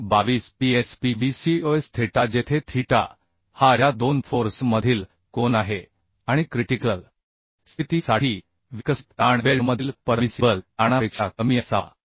अधिक 22PsPb cos thetaजेथे theta हा या दोन फोर्स मधील कोन आहे आणि क्रिटिकल स्थिती साठी विकसित ताण वेल्डमधील परमिसिबल ताणापेक्षा कमी असावा